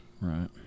Right